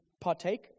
partake